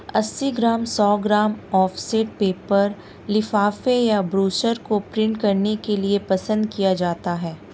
अस्सी ग्राम, सौ gram offset paper लिफाफे या ब्रोशर को प्रिंट करने के लिए पसंद किया जाता है